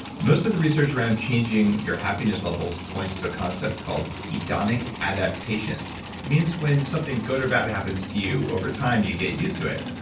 most of the research around changing your happiness levels points to a concept called hedonic adaptation. it means when something good or bad happens to you over time you get used to it.